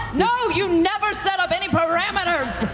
no, you never set up any parameters!